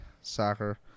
soccer